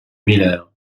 miller